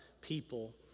people